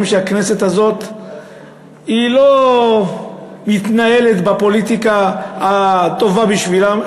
שהכנסת הזאת לא מתנהלת בפוליטיקה הטובה בשבילם,